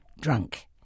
drunk